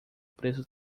preço